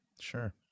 Sure